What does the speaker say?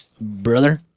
Brother